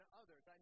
others